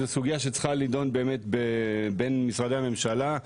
זו סוגיה שצריכה להידון בין משרדי הממשלה.